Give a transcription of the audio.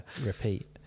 repeat